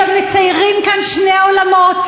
שמציירים כאן שני עולמות,